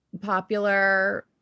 popular